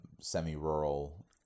semi-rural